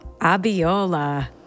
Abiola